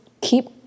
keep